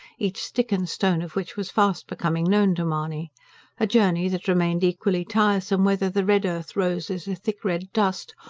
each stick and stone of which was fast becoming known to mahony a journey that remained equally tiresome whether the red earth rose as a thick red dust,